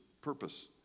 purpose